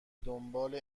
دنبال